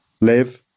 live